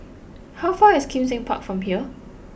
how far away is Kim Seng Park from here